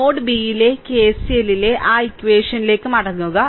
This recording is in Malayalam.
നോഡ് B യിലെ കെസിഎല്ലിലെ ആ ഇക്വഷനിലേക് മടങ്ങുക